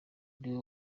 ariwe